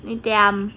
你 diam